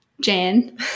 Jan